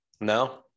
No